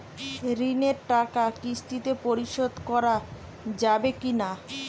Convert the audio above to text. ঋণের টাকা কিস্তিতে পরিশোধ করা যাবে কি না?